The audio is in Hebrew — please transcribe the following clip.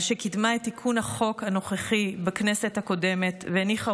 על שקידמה את תיקון החוק הנוכחי בכנסת הקודמת והניחה